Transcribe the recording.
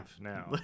now